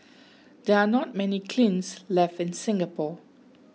there are not many kilns left in Singapore